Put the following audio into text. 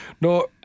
No